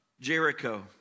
Jericho